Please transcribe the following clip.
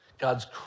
God's